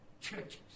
churches